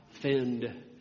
fend